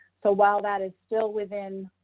so while that is still within